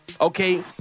Okay